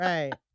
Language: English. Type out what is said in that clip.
Right